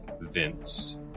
Vince